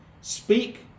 speak